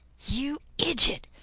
you idjit!